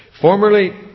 Formerly